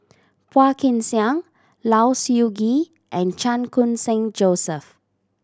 Phua Kin Siang Low Siew Nghee and Chan Khun Sing Joseph